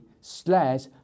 slash